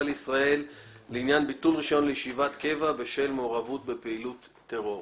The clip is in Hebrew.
לישראל לעניין ביטול רישיון לישיבת קבע בשל מעורבות בפעילות טרור.